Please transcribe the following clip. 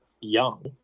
young